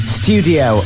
studio